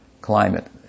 climate